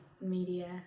media